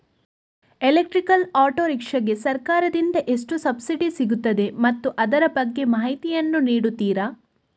Electrical auto rickshaw ಗೆ ಸರ್ಕಾರ ದಿಂದ ಎಷ್ಟು ಸಬ್ಸಿಡಿ ಸಿಗುತ್ತದೆ ಮತ್ತು ಅದರ ಬಗ್ಗೆ ಮಾಹಿತಿ ಯನ್ನು ನೀಡುತೀರಾ?